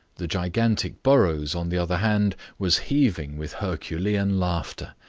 the gigantic burrows, on the other hand, was heaving with herculean laughter.